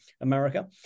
America